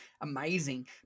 amazing